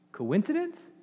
Coincidence